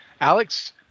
Alex